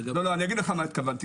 לא אני אגיד לך מה התכוונת,